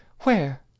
Where